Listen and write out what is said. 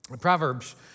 Proverbs